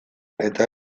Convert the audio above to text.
eta